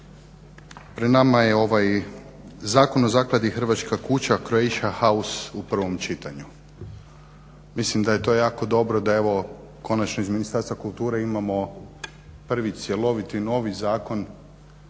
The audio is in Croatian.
Pred nama je ovaj Zakon o zakladi "Hrvatska kuća-Croatia house" u prvom čitanju. Mislim da je to jako dobro da evo konačno iz Ministarstva kulture imamo prvi cjeloviti novi zakon